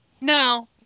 No